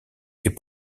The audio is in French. est